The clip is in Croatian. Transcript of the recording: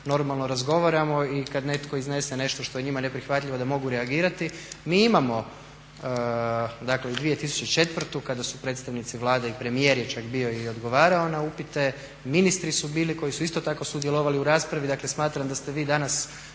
normalno razgovaramo i kada netko iznese nešto što je njima neprihvatljivo da mogu reagirati. Mi imamo i 2004.kada su predstavnici Vlade i premijer je čak bio i odgovarao na upite, ministri su bili koji su isto tako sudjelovali u raspravi, dakle smatram da ste vi danas